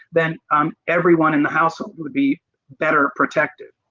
then um everyone in the house ah would be better protected.